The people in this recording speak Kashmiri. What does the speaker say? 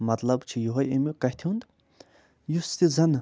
مطلب چھِ یِہوٚے اَمہِ کَتھِ ہُنٛد یُس تہِ زَنہٕ